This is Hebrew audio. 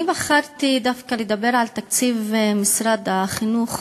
אני בחרתי דווקא לדבר על תקציב משרד החינוך.